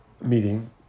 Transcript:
meeting